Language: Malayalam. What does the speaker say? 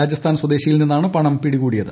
രാജസ്ഥാൻ സ്വദേശിയിൽ നിന്നാണ് പണം പിടികൂടിയത്